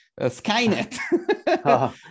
skynet